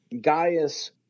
Gaius